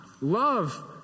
Love